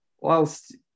whilst